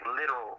literal